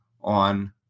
on